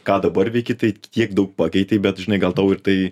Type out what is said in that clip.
ką dabar veiki tai tiek daug pakeitei bet žinai gal tau ir tai